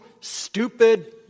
stupid